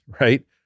right